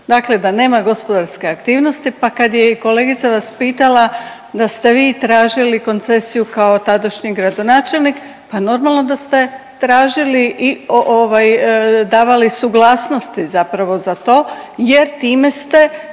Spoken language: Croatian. dakle da nema gospodarske aktivnosti. Pa kad je i kolegica vas pitala da ste vi tražili koncesiju kao tadašnji gradonačelnik, pa normalno da ste tražili i ovaj davali suglasnosti zapravo za to jer time ste